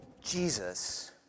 Jesus